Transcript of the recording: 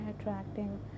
attracting